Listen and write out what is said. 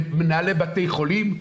למנהלי בתי חולים,